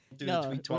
No